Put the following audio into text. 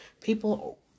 People